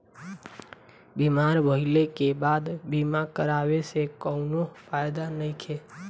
बीमार भइले के बाद बीमा करावे से कउनो फायदा नइखे